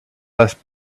less